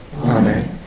Amen